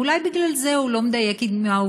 ואולי בגלל זה הוא לא מדייק בעובדות,